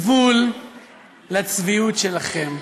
אין גבול לצביעות שלכם.